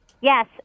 Yes